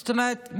זאת אומרת,